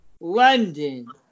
London